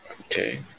Okay